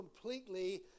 completely